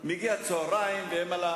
אסור לכם,